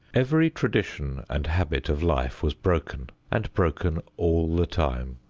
every tradition and habit of life was broken and broken all the time.